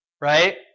right